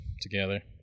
together